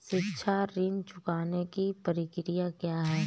शिक्षा ऋण चुकाने की प्रक्रिया क्या है?